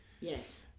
Yes